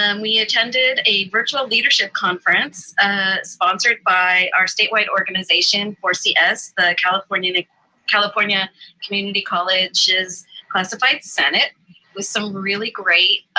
and we attended a virtual leadership conference sponsored by our statewide organization for cs, the california and ah california community colleges classified senate with some really great